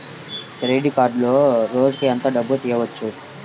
Credit కార్డులో రోజుకు ఎంత డబ్బులు తీయవచ్చు?